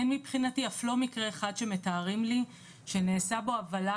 אין מבחינתי אף לא מקרה אחד שמתארים לי שנעשתה בו עוולה